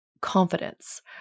confidence